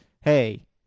Hey